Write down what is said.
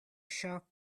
shelf